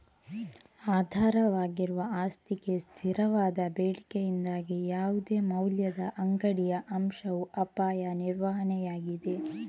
ಆಧಾರವಾಗಿರುವ ಆಸ್ತಿಗೆ ಸ್ಥಿರವಾದ ಬೇಡಿಕೆಯಿಂದಾಗಿ ಯಾವುದೇ ಮೌಲ್ಯದ ಅಂಗಡಿಯ ಅಂಶವು ಅಪಾಯ ನಿರ್ವಹಣೆಯಾಗಿದೆ